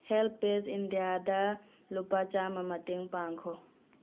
help page ꯏꯟꯗꯤꯌꯥꯗ ꯂꯨꯄꯥ ꯆꯥꯃ ꯃꯇꯦꯡ ꯄꯥꯡꯈꯣ